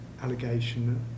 allegation